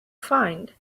find